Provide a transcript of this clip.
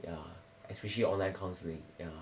ya especially online counselling